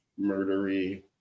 murdery